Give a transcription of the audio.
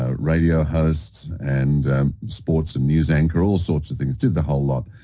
ah radio host, and sports and news anchor, all sorts of things. did the whole lot.